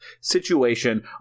situation